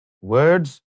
words